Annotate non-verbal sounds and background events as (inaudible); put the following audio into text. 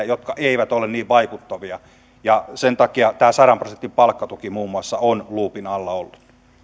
(unintelligible) jotka eivät ole niin vaikuttavia sen takia muun muassa tämä sadan prosentin palkkatuki on luupin alla ollut